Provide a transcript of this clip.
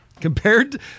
Compared